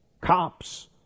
cops